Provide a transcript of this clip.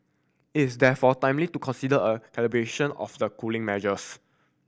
it is therefore timely to consider a calibration of the cooling measures